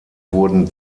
wurden